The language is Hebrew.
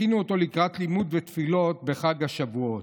והכינו אותו לקראת לימוד ותפילות בחג השבועות.